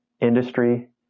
industry